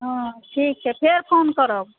हँ ठीक छै फेर फ़ोन करब